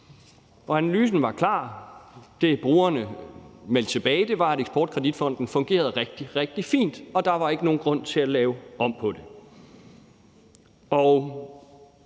analysen var klar. Det, brugerne meldte tilbage, var, at eksportkreditfonden fungerede rigtig, rigtig fint, og at der ikke var nogen grund til at lave om på den.